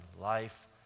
life